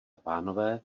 pánové